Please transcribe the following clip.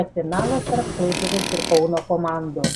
kad finalas tarp klaipėdos ir kauno komandų